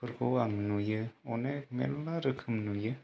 फोरखौ आं नुयो गोबां मेरला रोखोम नुयो